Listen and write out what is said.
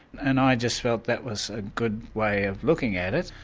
and i just felt that was a good way of looking at it.